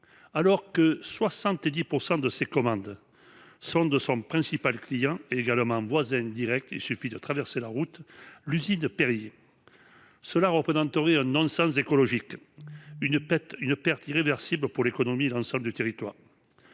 Alors que 70% de ses commandes sont de son principal client et également voisin direct, il suffit de traverser la route, l'usine Perrier. Cela reprenanterait un non-sens écologique, une perte irréversible pour l'économie et l'ensemble du territoire.